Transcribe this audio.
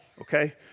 Okay